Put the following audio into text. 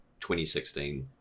2016